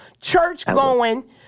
church-going